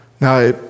Now